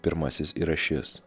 pirmasis yra šis